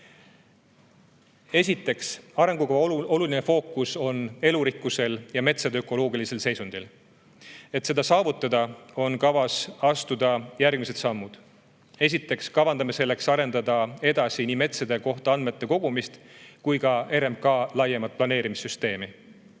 Esiteks, arengukava fookus on elurikkusel ja metsade ökoloogilisel seisundil. Et seda saavutada, on kavas astuda järgmised sammud. Esiteks kavandame selleks arendada edasi nii metsade kohta andmete kogumist kui ka RMK laiemat planeerimissüsteemi.